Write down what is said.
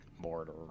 Border